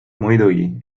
muidugi